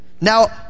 Now